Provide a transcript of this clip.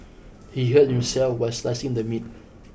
he hurt himself while slicing the meat